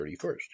31st